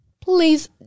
please